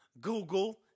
Google